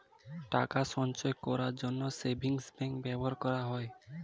টাকা সঞ্চয় করার জন্য সেভিংস ব্যাংক ব্যবহার করা হয়